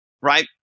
Right